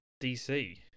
DC